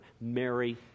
Mary